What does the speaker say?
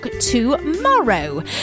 tomorrow